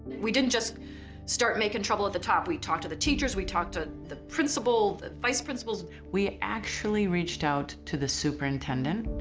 we didn't just start making trouble at the top we talked to the teachers, we talked to the principal, the vice principals. we actually reached out to the superintendent,